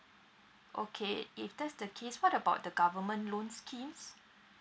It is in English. okay if that's the case what about the government loan schemes